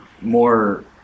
more